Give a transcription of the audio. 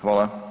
Hvala.